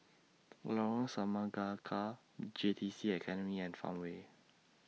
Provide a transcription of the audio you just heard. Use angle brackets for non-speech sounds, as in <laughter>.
<noise> Lorong Semangka J T C Academy and Farmway